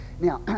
Now